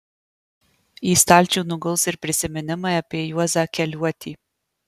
į stalčių nuguls ir prisiminimai apie juozą keliuotį